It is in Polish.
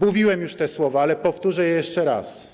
Mówiłem już te słowa, ale powtórzę je jeszcze raz: